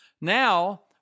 Now